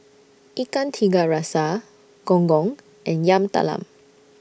Ikan Tiga Rasa Gong Gong and Yam Talam